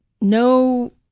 no